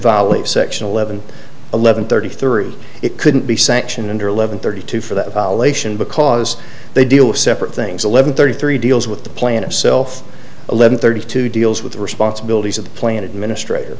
violate section eleven eleven thirty three it couldn't be sanctioned under eleven thirty two for that lation because they deal with separate things eleven thirty three deals with the plan itself eleven thirty two deals with the responsibilities of the plan administrator